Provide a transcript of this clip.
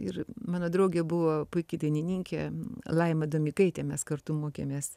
ir mano draugė buvo puiki dainininkė laima domikaitė mes kartu mokėmės